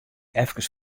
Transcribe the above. efkes